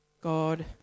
God